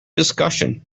discussion